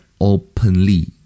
openly